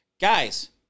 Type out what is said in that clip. Guys